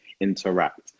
interact